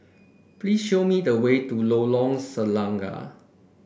please show me the way to Lorong Selangat